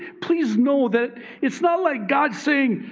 please know that it's not like god saying,